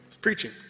preaching